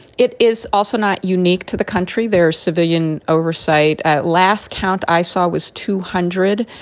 it is also not unique to the country, their civilian oversight. at last count i saw was two hundred.